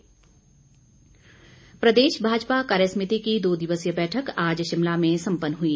भाजपा प्रदेश भाजपा कार्यसमिति की दो दिवसीय बैठक आज शिमला में सम्पन्न हुई